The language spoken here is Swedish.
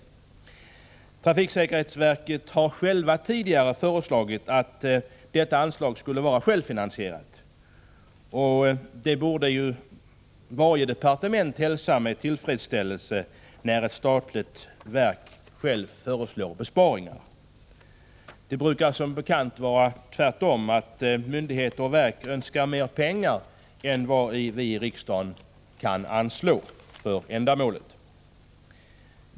Också trafiksäkerhetsverket självt har tidigare föreslagit en självfinansiering, och varje departement borde hälsa med tillfredsställelse när ett statligt verk föreslår besparingar. Ofta är det som bekant tvärtom, att myndigheter och verk önskar mer pengar än vad vi i riksdagen kan anslå för resp. ändamål.